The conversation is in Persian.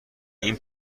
این